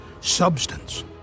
substance